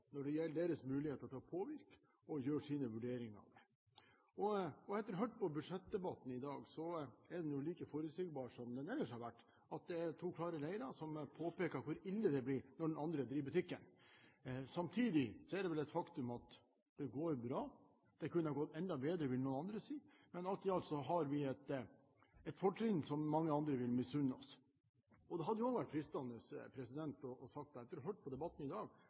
når det gjelder deres muligheter til å påvirke og gjøre sine vurderinger av det. Etter å ha hørt på budsjettdebatten i dag er den like forutsigbar som den ellers har vært: det er to klare leirer som påpeker hvor ille det blir når den andre driver butikken. Samtidig er det vel et faktum at det går bra. Det kunne gått enda bedre, vil noen si, men alt i alt har vi et fortrinn som mange andre vil misunne oss. Det hadde også vært fristende og sagt, etter å ha hørt på debatten i dag,